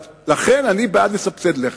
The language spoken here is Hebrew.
ולכן אני בעד לסבסד לחם.